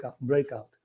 breakout